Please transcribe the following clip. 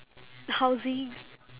housing